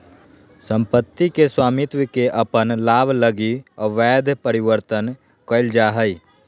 सम्पत्ति के स्वामित्व के अपन लाभ लगी अवैध परिवर्तन कइल जा हइ